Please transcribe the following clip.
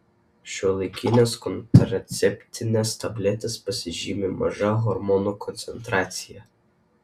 šiuolaikinės kontraceptinės tabletės pasižymi maža hormonų koncentracija